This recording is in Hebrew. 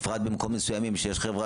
בפרט במקומות מסוימים שבהם יש חברה